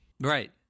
Right